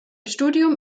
studium